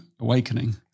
awakening